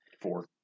Four